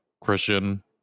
Christian